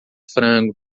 frango